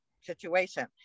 situation